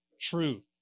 Truth